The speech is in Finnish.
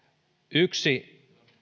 yksi